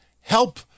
help